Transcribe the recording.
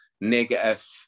negative